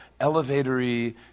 elevatory